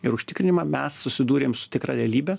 ir užtikrinimą mes susidūrėm su tikra realybe